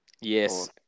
Yes